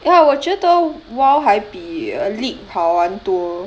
ya 我觉得 WOW 还比 league 好玩多